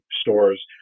stores